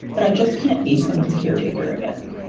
but i just can't be someone's caretaker again.